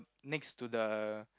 next to the